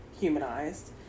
humanized